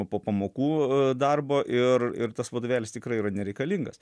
po pamokų darbo ir ir tas vadovėlis tikrai yra nereikalingas